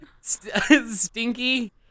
Stinky